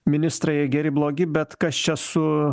ministrai geri blogi bet kas čia su